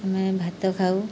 ଆମେ ଭାତ ଖାଉ